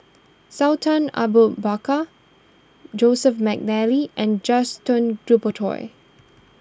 Sultan Abu Bakar Joseph McNally and Gaston Dutronquoy